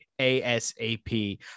ASAP